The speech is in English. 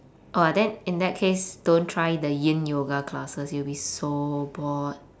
oh then in that case don't try the yin yoga classes you'll be so bored